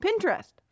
Pinterest